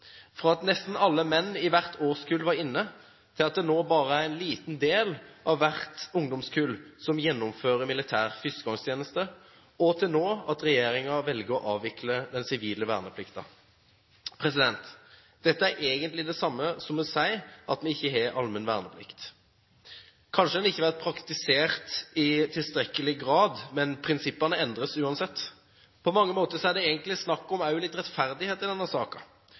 at nesten alle menn i hvert årskull var inne til at det nå bare er en liten del av hvert ungdomskull som gjennomfører militær førstegangstjeneste, og til at regjeringen nå velger å avvikle den sivile verneplikten. Dette er egentlig det samme som å si at vi ikke har allmenn verneplikt. Kanskje den ikke har vært praktisert i tilstrekkelig grad, men prinsippene endres uansett. På mange måter er det egentlig snakk om litt rettferdighet i denne